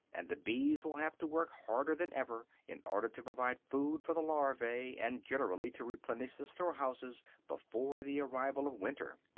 and the bees will have to work harder than ever in order to provide food for the larvae and generally to replenish the storehouses before the arrival of winter.